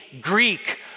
Greek